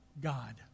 God